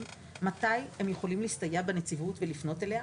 מתי הם יכולים להסתייע בנציבות ולפנות אליה.